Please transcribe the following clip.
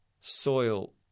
soil